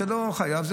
לא חייב.